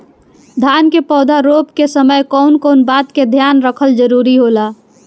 धान के पौधा रोप के समय कउन कउन बात के ध्यान रखल जरूरी होला?